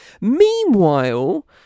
Meanwhile